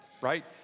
Right